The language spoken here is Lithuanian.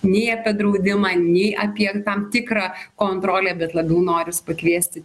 nei apie draudimą nei apie tam tikrą kontrolę bet labiau noris pakviesti